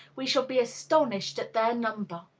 we shall be astonished at their number.